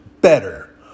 better